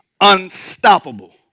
unstoppable